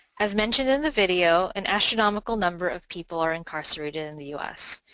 as mentioned in the video, an astronomical number of people are incarcerated in the us.